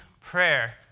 prayer